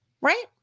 Right